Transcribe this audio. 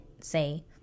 say